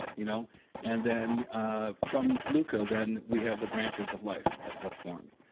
and you know and then ah from luca, then we have the branches of life that that formed.